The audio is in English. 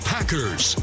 Packers